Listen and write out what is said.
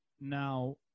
Now